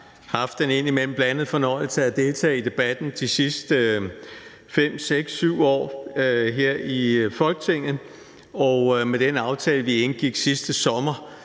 Jeg har haft den indimellem blandede fornøjelse at deltage i debatten de sidste 5-6-7 år her i Folketinget, og med den aftale, vi indgik sidste sommer,